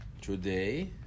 today